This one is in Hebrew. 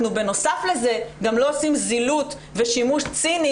אנחנו בנוסף לזה גם לא עושים זילות ושימוש ציני